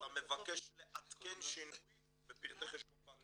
אתה מבקש לעדכן שינוי בפרטי חשבון בנק,